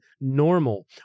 normal